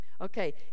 Okay